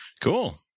Cool